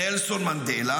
נלסון מנדלה